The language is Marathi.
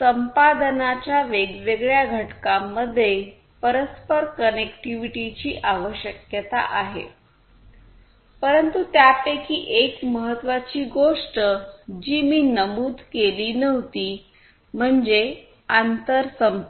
संपादनाच्या वेगवेगळ्या घटकांमध्ये परस्पर कनेक्टिव्हिटीची आवश्यकता आहे परंतु त्यापैकी एक महत्वाची गोष्टी जी मी नमूद केली नव्हती म्हणजे आंतर संपर्क